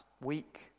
weak